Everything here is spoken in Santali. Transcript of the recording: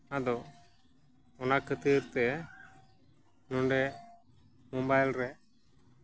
ᱟᱫᱚ ᱚᱱᱟᱛᱮ ᱚᱱᱟ ᱠᱷᱟᱹᱛᱤᱨ ᱛᱮ ᱱᱚᱰᱮ ᱢᱳᱵᱟᱭᱤᱞ ᱨᱮ